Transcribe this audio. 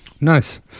Nice